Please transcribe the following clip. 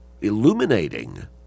illuminating